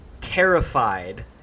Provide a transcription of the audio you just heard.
terrified